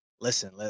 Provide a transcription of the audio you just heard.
Listen